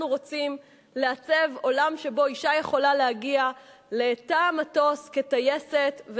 רוצים לעצב עולם שבו אשה יכולה להגיע לתא המטוס כטייסת,